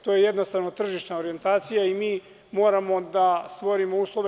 To je jednostavno tržišna orjentacija i mi moramo da stvorimo uslove.